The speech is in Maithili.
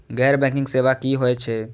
गैर बैंकिंग सेवा की होय छेय?